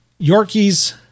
Yorkies